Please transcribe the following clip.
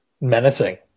menacing